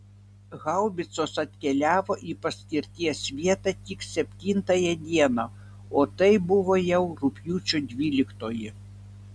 haubicos atkeliavo į paskirties vietą tik septintąją dieną o tai buvo jau rugpjūčio dvyliktoji